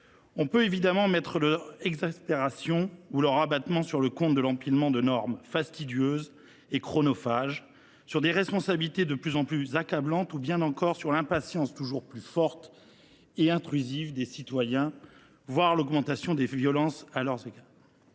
On peut évidemment mettre leur exaspération ou leur abattement sur le compte de l’empilement de normes fastidieuses et chronophages, sur des responsabilités de plus en plus accablantes ou bien encore sur l’impatience toujours plus forte et intrusive des citoyens, voire sur l’augmentation des violences à leur égard.